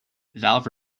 valve